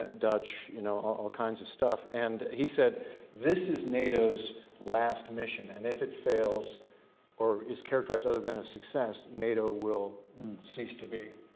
ah dutch, you know, all kinds of stuff, and he said this is nato's last mission, and if it fails or is characterized other than a success, nato will cease to be.